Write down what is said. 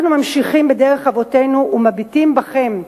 אנחנו ממשיכים בדרך אבותינו ומביטים בכם,